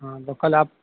ہاں تو کل آپ